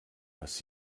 was